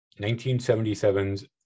1977's